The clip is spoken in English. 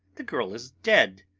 the girl is dead.